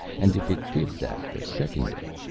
and if it did that the second day,